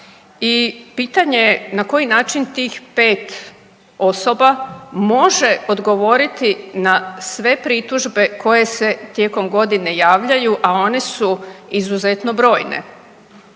I pitanje na koji način tih pet osoba može odgovoriti na sve pritužbe koje se tijekom godine javljaju a one su izuzetno brojne.